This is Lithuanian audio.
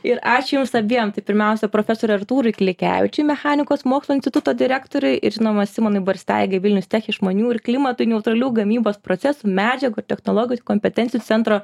ir ačiū jums abiem tai pirmiausia profesoriui artūrui klikevičiui mechanikos mokslo instituto direktoriui ir žinoma simonui barsteigai vilnius tech išmanių ir klimatui neutralių gamybos proces medžiagų ir technologijų kompetencijų centro